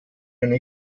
eine